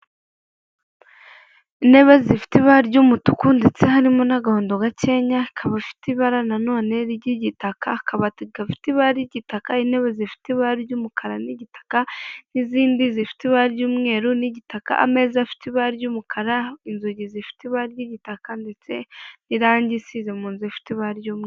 Intebe zifite ibara ry'umutuku ndetse harimo n'agahodo gakeya ikakaba ifite ibara na none ry'igitaka, akabati gafite iba ry'itaka, intebe zifite ibara ry'umukara n'igitaka n'izindi zifite ibara ry'umweru n'igitaka, ameza afite ibara ry'umukara, inzugi zifite ibara ry'igitaka ndetse n'irangi isize mu nzu ifite iba ry'umweeru.